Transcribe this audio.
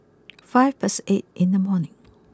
five past eight in the morning